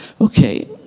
Okay